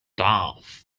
darf